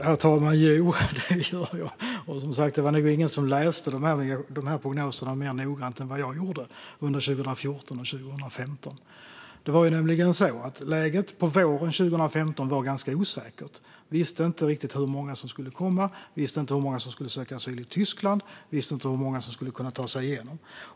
Herr talman! Jo, det gjorde jag. Som sagt var det nog ingen som läste de här prognoserna mer noggrant än jag gjorde under 2014 och 2015. Det var nämligen så att läget på våren 2015 var ganska osäkert. Vi visste inte riktigt hur många som skulle komma. Vi visste inte hur många som skulle söka asyl i Tyskland. Vi visste inte hur många som skulle kunna ta sig igenom.